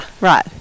right